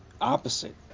opposite